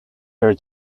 your